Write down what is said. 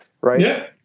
Right